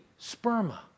sperma